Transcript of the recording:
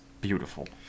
beautiful